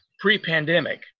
pre-pandemic